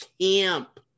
camp